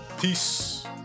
Peace